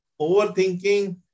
overthinking